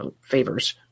favors